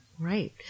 Right